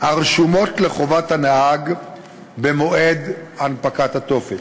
הרשומות לחובת הנהג במועד הנפקת הטופס.